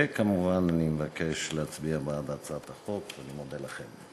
וכמובן, אני מבקש להצביע בעד הצעת החוק ומודה לכם.